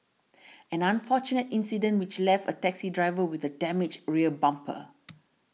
an unfortunate incident which left a taxi driver with a damaged rear bumper